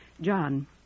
John